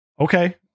okay